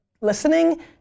listening